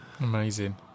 Amazing